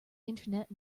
internet